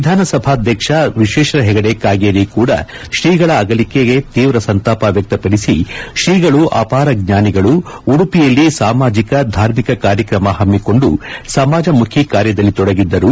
ವಿಧಾಸಭೆ ಸಭಾಧ್ಯಕ್ಷ ವಿಶ್ವೇಶ್ವರ ಹೆಗಡೆ ಕಾಗೇರಿ ಕೂಡ ಶ್ರೀಗಳ ಅಗಲಿಕೆ ತೀವ್ರ ಸಂತಾಪ ವ್ಯಕ್ತಪಡಿಸಿ ಶ್ರೀಗಳು ಅಪಾರ ಜ್ಞಾನಿಗಳು ಉಡುಪಿಯಲ್ಲಿ ಸಾಮಾಜಿಕ ಧಾರ್ಮಿಕ ಕಾರ್ಯಕ್ರಮ ಹಮ್ಮಿಕೊಂಡು ಸಮಾಜಮುಖಿ ಕಾರ್ಯದಲ್ಲಿ ತೊಡಗಿದ್ದರು